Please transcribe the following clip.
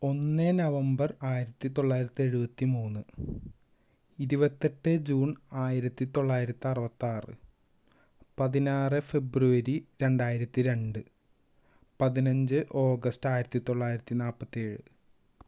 ഒന്ന് നവംബർ ആയിരത്തിത്തൊള്ളായിരത്തി എഴുപത്തി മൂന്ന് ഇരുപത്തെട്ട് ജൂൺ ആയിരത്തിത്തൊള്ളായിരത്തി അറുപത്താറ് പതിനാറ് ഫെബ്രുവരി രണ്ടായിരത്തി രണ്ട് പതിനഞ്ച് ഓഗസ്റ്റ് ആയിരത്തിത്തൊള്ളായിരത്തി നാൽപ്പത്തേഴ്